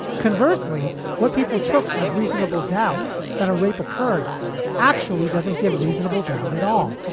conversely, what people took as reasonable doubt that a rape occurred actually doesn't give reasonable doubt at all.